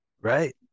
right